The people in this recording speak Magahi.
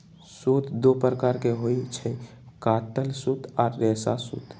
सूत दो प्रकार के होई छई, कातल सूत आ रेशा सूत